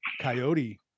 coyote